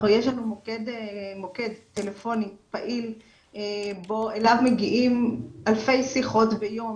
יש לנו מוקד טלפוני פעיל אליו מגיעים אלפי שיחות ביום